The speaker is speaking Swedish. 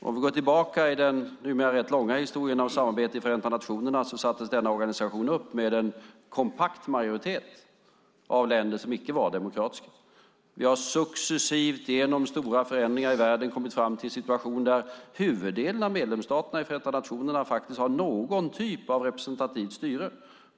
För att gå tillbaka till den numera rätt långa historien av samarbete i Förenta nationerna så sattes denna organisation upp med en kompakt majoritet av länder som icke var demokratiska. Vi har successivt genom stora förändringar i världen kommit fram till en situation där huvuddelen av medlemsstaterna i Förenta nationerna har någon typ av representativt styre.